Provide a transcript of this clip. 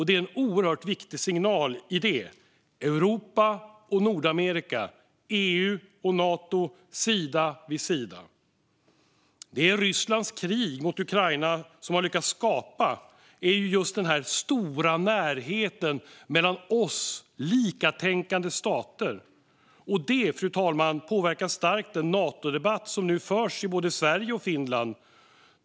Det är en oerhört viktig signal - Europa och Nordamerika, EU och Nato, sida vid sida. Det som Rysslands krig mot Ukraina har lyckats skapa är just den stora närheten mellan oss likatänkande stater. Det påverkar starkt den Natodebatt som nu förs i både Sverige och Finland, fru talman.